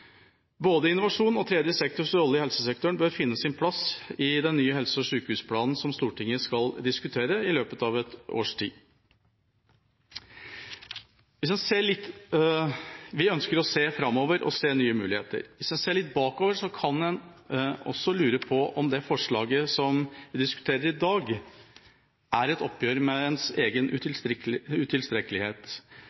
Både innovasjon og tredje sektors rolle i helsesektoren bør finne sin plass i den nye helse- og sykehusplanen som Stortinget skal diskutere i løpet av et års tid. Vi ønsker å se framover og se nye muligheter. Hvis en ser litt bakover, kan en lure på om det forslaget vi diskuterer i dag, er et oppgjør med egen